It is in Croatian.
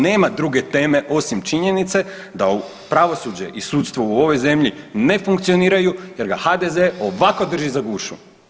Nema druge teme osim činjenice da pravosuđe i sudstvo u ovoj zemlji ne funkcioniraju jer ga HDZ ovako drži za gušu.